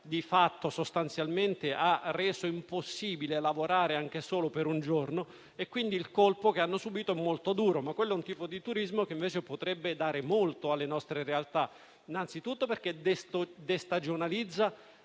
ha reso sostanzialmente impossibile lavorare anche solo per un giorno, quindi il colpo che hanno subito è molto duro, e quello è un tipo di turismo che, invece, potrebbe dare molto alle nostre realtà, anzitutto perché destagionalizzata